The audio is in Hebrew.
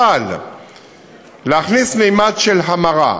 אבל להכניס ממד של המרה: